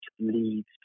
leads